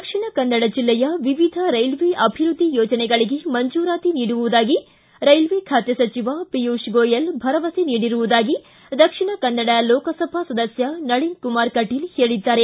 ದಕ್ಷಿಣ ಕನ್ನಡ ಜಿಲ್ಲೆಯ ವಿವಿಧ ರೈಲ್ವೆ ಅಭಿವೃದ್ಧಿ ಯೋಜನೆಗಳಿಗೆ ಮಂಜೂರಾತಿ ನೀಡುವುದಾಗಿ ರೈಲ್ವೆ ಖಾತೆ ಸಚಿವ ಪಿಯೂಸ್ ಗೋಯಲ್ ಭರವಸೆ ನೀಡಿರುವುದಾಗಿ ದಕ್ಷಿಣ ಕನ್ನಡ ರೋಕಸಭಾ ಸದಸ್ಯ ನಳನಕುಮಾರ್ ಕಟೀಲ್ ಹೇಳಿದ್ದಾರೆ